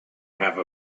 have